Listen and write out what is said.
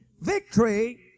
Victory